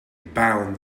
bound